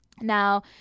Now